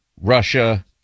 Russia